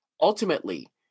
ultimately